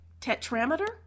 tetrameter